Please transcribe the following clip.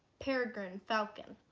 peregrine falcon